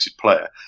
player